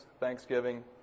thanksgiving